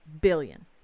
billion